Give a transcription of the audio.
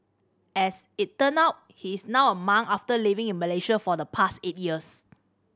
as it turn out he is now a monk after living in Malaysia for the past eight years